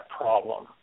problem